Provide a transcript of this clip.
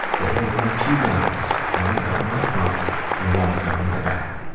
they handed me two gowns, one to cover my front and one to cover my back.